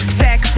sex